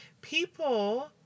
people